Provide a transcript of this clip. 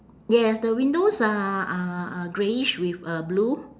yes the windows are are are greyish with uh blue